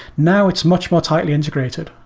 now it's much more tightly integrated.